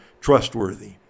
trustworthy